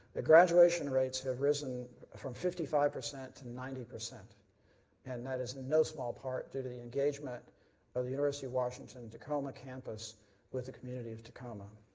the graduation rates have risen from fifty five percent to ninety percent and that is no small part due to the engagement of the university of washington tacoma campus with the community of tacoma.